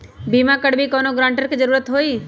बिमा करबी कैउनो गारंटर की जरूरत होई?